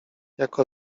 jako